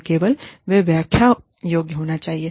न केवल वे व्याख्या योग्य होना चाहिए